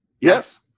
Yes